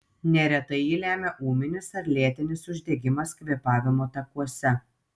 neretai jį lemia ūminis ar lėtinis uždegimas kvėpavimo takuose